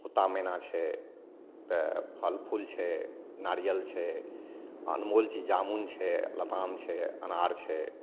तोता मैना छै तऽ फल फूल छै नारियल छै अनमोल चीज जामुन छै लताम छै अनार छै